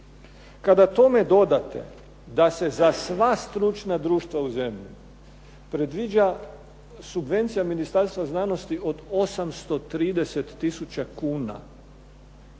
Kada tome dodate da se za sva stručna društva u zemlji predviđa subvencija Ministarstva znanosti od 830 tisuća kuna,